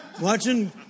watching